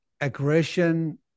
aggression